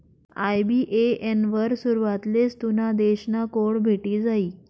IBAN वर सुरवातलेच तुना देश ना कोड भेटी जायी